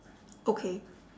okay